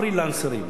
פרילנסרים,